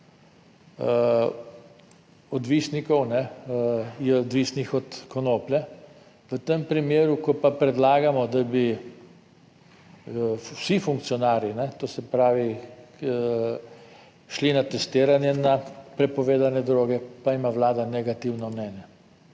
odvisnikov je odvisnih od konoplje, v tem primeru, ko pa predlagamo, da bi vsi funkcionarji, to se pravi šli na testiranje na prepovedane droge, pa ima Vlada negativno mnenje.